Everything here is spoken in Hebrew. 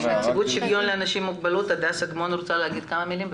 מנציבות שוויון לאנשים עם מוגבלות הדס אגמון רוצה להגיד כמה מילים.